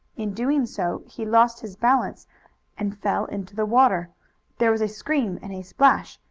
in doing so he lost his balance and fell into the water there was a scream and a splash,